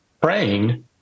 praying